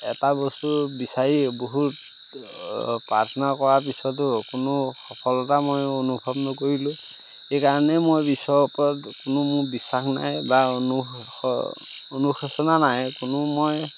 এটা বস্তু বিচাৰি বহুত প্ৰাৰ্থনা কৰাৰ পিছতো কোনো সফলতা মই অনুভৱ নকৰিলোঁৱেই সেইকাৰণে মই ঈশ্বৰৰ ওপৰত কোনো মোৰ বিশ্বাস নাই বা অনুশোচনা নাই কোনো মই